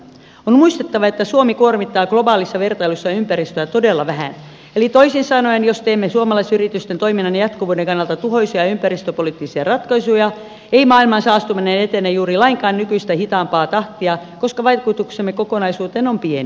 on muistettava että suomi kuormittaa globaalissa vertailussa ympäristöä todella vähän eli toisin sanoen jos teemme suomalaisyritysten toiminnan jatkuvuuden kannalta tuhoisia ympäristöpoliittisia ratkaisuja ei maailman saastuminen etene juuri lainkaan nykyistä hitaampaa tahtia koska vaikutuksemme kokonaisuuteen on pieni